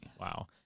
Wow